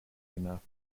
enough